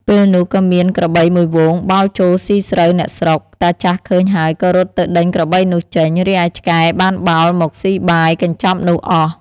ពេលនោះ ក៏មានក្របីមួយហ្វូងបោលចូលស៊ីស្រូវអ្នកស្រុក តាចាស់ឃើញហើយក៏រត់ទៅដេញក្របីនោះចេញ រីឯឆ្កែបានបោលមកស៊ីបាយកញ្ចប់នោះអស់។